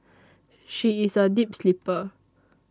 she is a deep sleeper